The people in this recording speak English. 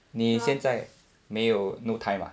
你现在没有 no time ah